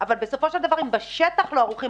אבל בסופו של דבר אם בשטח לא ערוכים